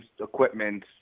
equipment